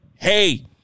Hey